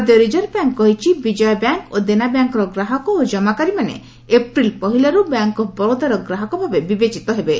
ଭାରତୀୟ reserve bank କହିଛି Vijaya bank ଓ ଦେନା ବ୍ୟାଙ୍କ୍ର ଗ୍ରାହକ ଓ ଜମାକାରୀମାନେ ଏପ୍ରିଲ୍ ପହିଲାରୁ ବ୍ୟାଙ୍କ୍ ଅଫ୍ ବରୋଦାର ଗ୍ରାହକ ଭାବେ ବିବେଚିତ ହେବେ